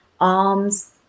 arms